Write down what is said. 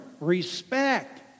respect